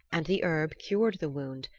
and the herb cured the wound,